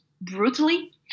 brutally